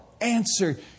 answer